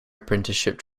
apprenticeship